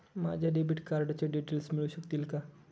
माझ्या डेबिट कार्डचे डिटेल्स मिळू शकतील का?